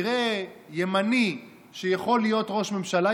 יראה ימני שיכול להיות ראש ממשלה,